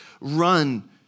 run